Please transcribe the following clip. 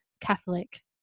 catholic